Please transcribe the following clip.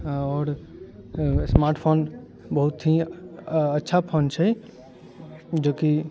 आओर smart phone बहुत ही अच्छा फोन छै जेकि